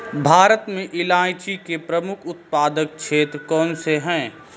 भारत में इलायची के प्रमुख उत्पादक क्षेत्र कौन से हैं?